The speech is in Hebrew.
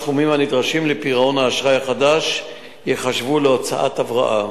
סכומים הנדרשים לפירעון האשראי החדש ייחשבו הוצאות הבראה.